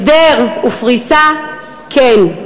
הסדר ופריסה כן,